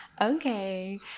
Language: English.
Okay